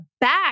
back